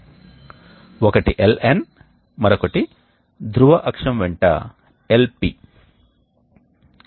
వేడి వాయువు మరియు చల్లని వాయువు యొక్క మార్గం స్విచ్ఓవర్ అవుతుంది కానీ ఒక వాల్వ్ ద్వారా కాదు రోటరీ హుడ్ సహాయంతో స్విచ్ఓవర్ అవుతుంది